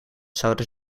zouden